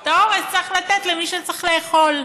את האורז צריך לתת למי שצריך לאכול.